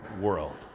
world